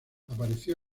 apareció